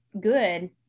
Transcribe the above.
good